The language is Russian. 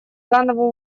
данного